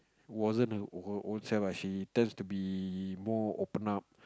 wasn't her her ownself actually turns to be more open up